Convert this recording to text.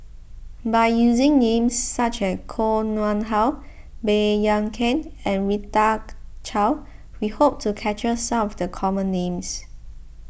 by using names such as Koh Nguang How Baey Yam Keng and Rita Chao we hope to capture some the common names